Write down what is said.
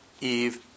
Eve